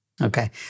Okay